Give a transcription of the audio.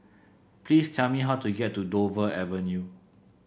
please tell me how to get to Dover Avenue